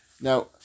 now